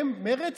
הם, מרצ,